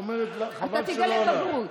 אתה תגלה בגרות.